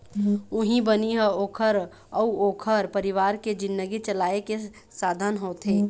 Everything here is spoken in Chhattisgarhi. उहीं बनी ह ओखर अउ ओखर परिवार के जिनगी चलाए के साधन होथे